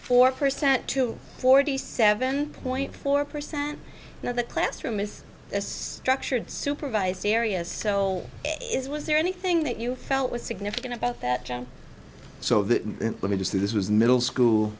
four percent to forty seven point four percent now the classroom is structured supervised areas so is was there anything that you felt was significant about that and so the let me just say this was middle school